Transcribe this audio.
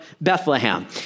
Bethlehem